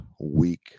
week